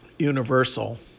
Universal